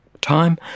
time